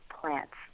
plants